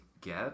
get